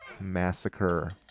Massacre